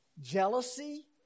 jealousy